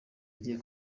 agiye